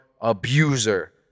abuser